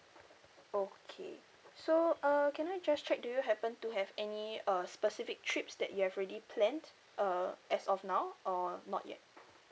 okay so uh can I just check do you happen to have any uh specific trips that you have already planned uh as of now or not yet